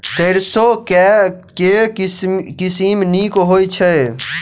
सैरसो केँ के किसिम नीक होइ छै?